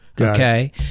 Okay